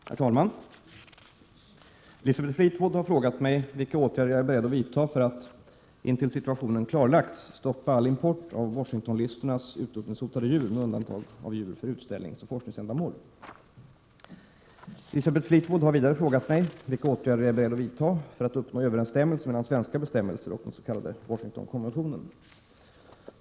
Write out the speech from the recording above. Herr talman! Elisabeth Fleetwood har frågat mig vilka åtgärder jag är beredd att vidta för att, intill situationen klarlagts, stoppa all import av Washingtonlistornas utrotningshotade djur, med undantag av djur för utställningsoch forskningsändamål. Elisabeth Fleetwood har vidare frågat mig vilka åtgärder jag är beredd att vidta för att uppnå överensstämmelse mellan svenska bestämmelser och den s.k. Washingtonkonventionen.